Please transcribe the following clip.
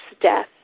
death